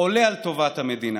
עולה על טובת המדינה.